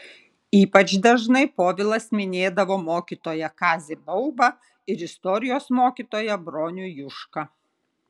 ypač dažnai povilas minėdavo mokytoją kazį baubą ir istorijos mokytoją bronių jušką